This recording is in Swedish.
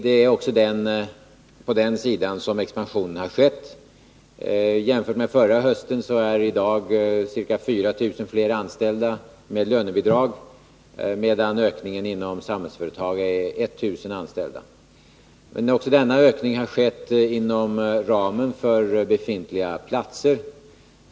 Det är också på den sidan som expansionen har skett. I dag är cirka 4 000 fler anställda med lönebidrag än förra hösten, medan ökningen inom Samhällsföretag är 1000 anställda. Men också denna ökning har skett inom ramen för befintliga platser.